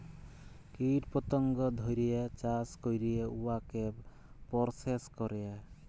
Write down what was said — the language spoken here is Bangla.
কীট পতঙ্গ ধ্যইরে চাষ ক্যইরে উয়াকে পরসেস ক্যরে